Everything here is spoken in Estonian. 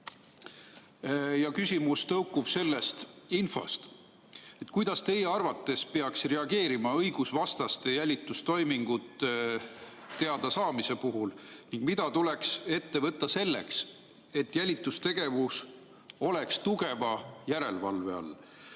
küsimus tõukub sellest infost. Kuidas teie arvates peaks reageerima õigusvastastest jälitustoimingutest teadasaamise puhul ning mida tuleks ette võtta selleks, et jälitustegevus oleks tugeva järelevalve all?